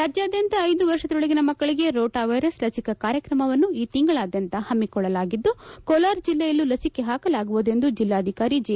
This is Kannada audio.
ರಾಜ್ಯಾದ್ಯಂತ ಐದು ವರ್ಷದೊಳಗಿನ ಮಕ್ಕಳಿಗೆ ರೋಟಾ ವೈರಸ್ ಲಸಿಕಾ ಕಾರ್ಯತ್ತಮವನ್ನು ಈ ತಿಂಗಳಾದ್ಯಂತ ಪಮ್ಮಕೊಳ್ಳಲಾಗಿದ್ದು ಕೋಲಾರ ಜಿಲ್ಲೆಯಲ್ಲೂ ಲಸಿಕೆ ಪಾಕಲಾಗುವುದು ಎಂದು ಜಿಲ್ಲಾಧಿಕಾರಿ ಜೆ